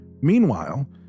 Meanwhile